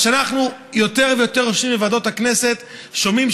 אבל כשאנחנו יותר ויותר יושבים בוועדות הכנסת אנחנו שומעים